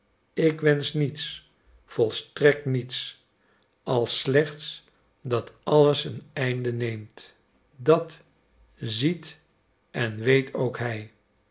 ik wensch niets volstrekt niets als slechts dat alles een einde neemt dat ziet en weet ook hij